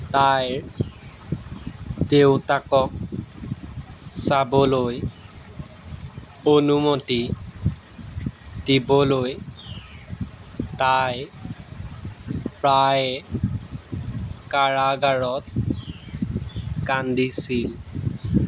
তাইৰ দেউতাকক চাবলৈ অনুমতি দিবলৈ তাই প্ৰায়ে কাৰাগাৰত কান্দিছিল